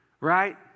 right